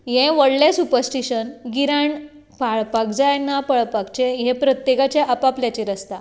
ये व्हडलें सुपरस्टिशन गिराण पाळपाक जाय ना पाळपाचे प्रत्येकाचे आप आपल्याचेर आसता